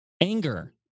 Anger